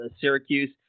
Syracuse